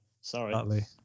Sorry